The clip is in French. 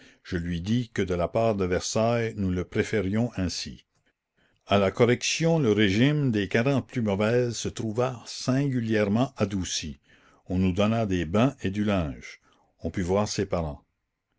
je lui dis que de la part de versailles nous le préférions ainsi a la correction le régime des plus mauvaises se trouva singulièrement adouci on nous donna des bains et du linge on put voir ses parents